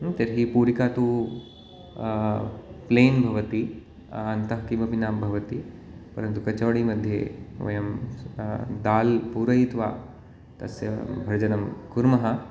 तर्हि पूरिका तु प्लैन् भवति अन्तः किमपि न भवति परन्तु कचौडि मध्ये वयं दाल् पूरयित्वा तस्य भजनं कुर्मः